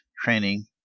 training